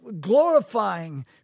glorifying